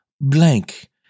blank